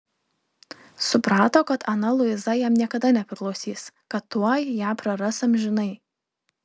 suprato kad ana luiza jam niekada nepriklausys kad tuoj ją praras amžinai